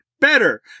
better